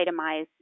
itemize